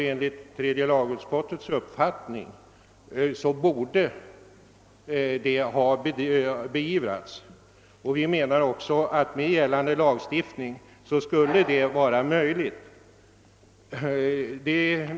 Enligt tredje lagutskottets uppfattning borde det ockgällande lagstiftning skulle ha kunnat medföra en fällande dom.